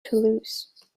toulouse